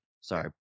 Sorry